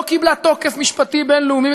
לא קיבלה תוקף משפטי בין-לאומי,